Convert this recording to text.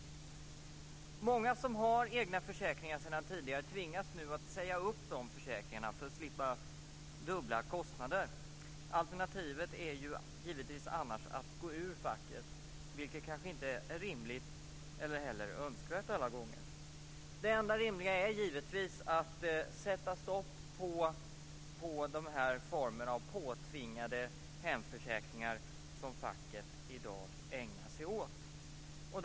Många som har egna försäkringar sedan tidigare tvingas att säga upp de försäkringarna för att slippa dubbla kostnader. Alternativet är givetvis annars att gå ur facket, vilket kanske inte är rimligt eller heller alla gånger önskvärt. Det enda rimliga är givetvis att sätta stopp för de formerna av påtvingade hemförsäkringar som facket i dag ägnar sig åt att teckna.